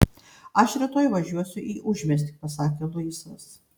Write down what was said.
aš rytoj važiuosiu į užmiestį pasakė luisas